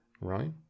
right